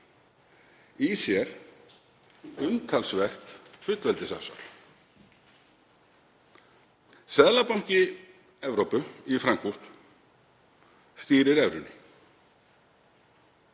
sér umtalsvert fullveldisafsal. Seðlabanki Evrópu í Frankfurt stýrir evrunni,